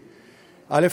א.